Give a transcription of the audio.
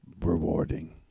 rewarding